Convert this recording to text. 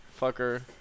fucker